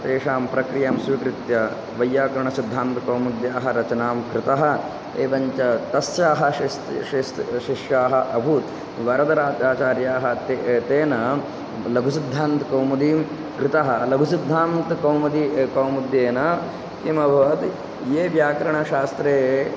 तेषां प्रक्रियां स्वीकृत्य वैय्याकरणसिद्धान्तकौमुद्याः रचना कृता एवञ्च तस्य शिस् शिस् शिष्यः अभूत् वरदराजाचार्यः ते तेन लघुसिद्धान्तकौमुदीं कृतः लघुसिद्धान्तकौमुदी कौमुद्याः न किमभवत् ये व्याकरणशास्त्रे